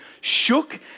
shook